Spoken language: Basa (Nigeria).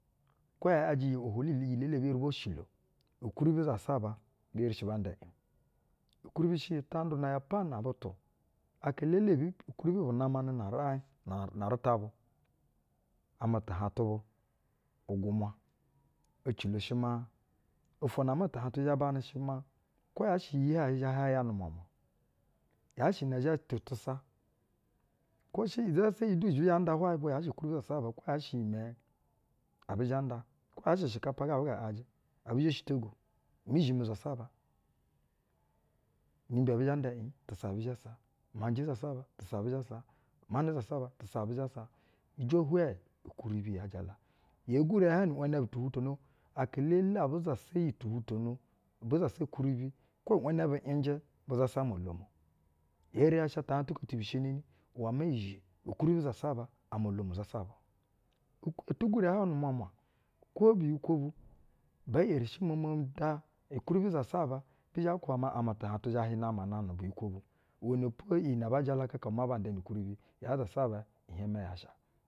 Kwo ya ‘yajɛ iyi ohwolu elele ebi eri bo shilo, ukwuribi zasaba bi eri shi ban da iƞu. Kwuribi shɛ iyi ya tandu nɛ yap ana butu aka elele bu, ukeuribi bu namanɛ nu-uraiƞ na, na rɛta bu, amɛ tuhaƞtu bu-ugwumwa. Ecilo shɛ maa ofwo na amɛ tuhaƞtu zhɛ banɛ shɛ maa kwo yaa shɛ iyi hwayɛ hi zhɛ ya nu-umwamwa, yaa shɛ iyi nɛ zhɛ to tɛ, sa, kwo shɛ, izasa iyi du abɛ zhɛ ndo hwayɛ yaa shɛ kwuribi zasaba kwo yaa shɛ ushɛkapa ga abɛ ga ‘yajɛ abɛ zhɛ shitogo, muzhimi zasaba, ni-imbe abɛ zhɛ nda in? Tu sa abu zha sa, manɛ zasaba tu sa abu zha sa, ijo hwɛɛ, ukwuribi yaa jalo. Yee gwure ya hwayɛ ni ‘wɛnɛ bu tu hutono, aka-elele abu zasa iyi tuhutono, abɛ zasa ukwuri, kwo ‘wɛnɛ bu ‘yɛƞjɛ bu zasa amɛ-olom. Eri ya sha tahaƞnu tu ko ti bi sheyineni iwɛ maa zhe, ukwuribi zasaba amɛ-olom zasaba o. ot ɛti gwure ya hwayɛ nu-umwamwa, kwo biyi kwo bu, bee eri shi mama nda, ukwuribi zasaba, bi zhɛ kwuba maa amɛ tu haƞtu zhɛ hiɛ namana ne biyikwo bu. iwɛnɛ po iyi nɛ ba jalakaka maa ban da nu-ukwuribi yaa zasaban ihiɛƞmɛ yaa shɛ.